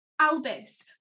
Albus